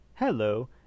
Hello